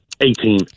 Eighteen